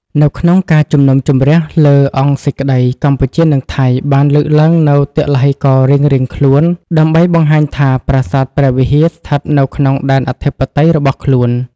នៅក្នុងការជំនុំជម្រះលើអង្គសេចក្ដី កម្ពុជានិងថៃ បានលើកឡើងនូវទឡ្ហីកររៀងៗខ្លួន ដើម្បីបង្ហាញថា ប្រាសាទព្រះវិហារស្ថិតនៅក្នុងដែនអធិបតេយ្យរបស់ខ្លួន។